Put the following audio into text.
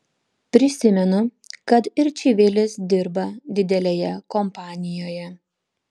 prisimenu kad ir čivilis dirba didelėje kompanijoje